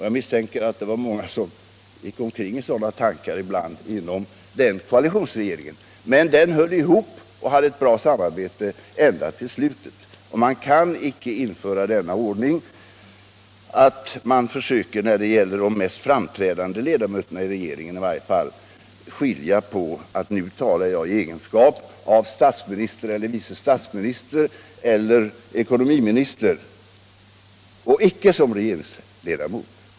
Jag misstänker att det var många inom den koalitionsregeringen som gick omkring i sådana tankar ibland. Men den höll ihop och hade ett bra samarbete ända till slutet. Man kan icke, i varje fall inte när det gäller de mest framträdande ledamöterna av regeringen, införa ordningen att man skiljer mellan när de talar i egenskap av statsminister, vice statsminister eller ekonomiminister och när de talar i egenskap av partiledare.